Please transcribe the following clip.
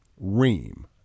Ream